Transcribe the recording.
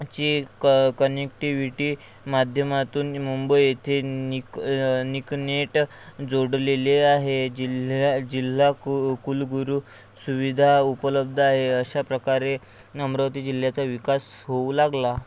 ची क कनेक्टिविटी माध्यमातून मुंबई येथे निक निक नेट जोडलेले आहे जिल्ह्या जिल्हा कुऊ कुलगुरू सुविधा उपलब्ध आहे अशा प्रकारे अमरावती जिल्ह्याचा विकास होऊ लागला